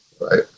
right